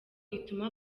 ituma